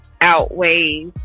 outweighs